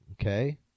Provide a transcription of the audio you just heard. okay